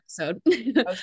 episode